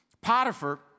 Potiphar